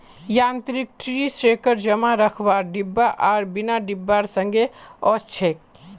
यांत्रिक tree shaker जमा रखवार डिब्बा आर बिना डिब्बार संगे ओसछेक